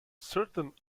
certain